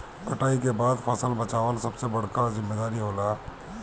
कटाई के बाद फसल बचावल सबसे बड़का जिम्मेदारी होला